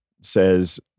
says